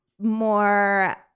more